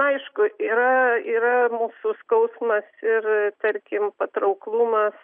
aišku yra yra mūsų skausmas ir tarkim patrauklumas